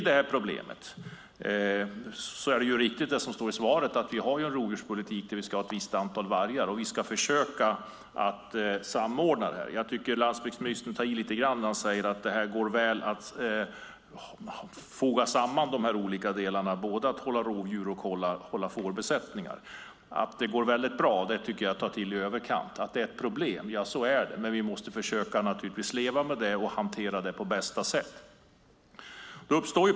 Det är riktigt som det står i svaret att vi har en rovdjurspolitik som säger att vi ska ha ett visst antal vargar och att vi ska försöka samordna detta. Jag tycker att landsbygdsministern tar i lite när han säger att det går att foga samman att hålla både rovdjur och fårbesättningar. Att säga att det går väldigt bra, tycker jag är att ta till i överkant. Det är ett problem, men vi måste naturligtvis försöka leva med det och hantera det på bästa sätt.